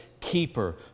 keeper